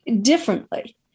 differently